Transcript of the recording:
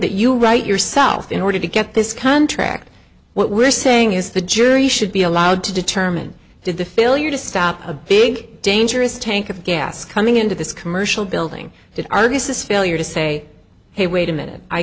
that you write yourself in order to get this contract what we're saying is the jury should be allowed to determine did the failure to stop a big dangerous tank of gas coming into this commercial building did argus this failure to say hey wait a minute i